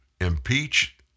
impeach